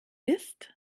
ist